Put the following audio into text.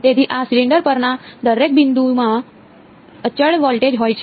તેથી આ સિલિન્ડર પરના દરેક બિંદુમાં અચળ વોલ્ટેજ હોય છે